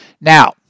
Now